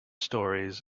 stories